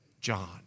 John